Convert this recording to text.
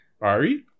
Ari